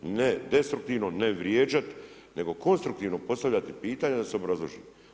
Ne destruktivno, ne vrijeđati, nego konstruktivno postaviti pitanja, da se obrazloži.